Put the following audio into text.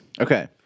Okay